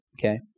okay